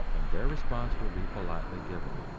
and their response will be politely given.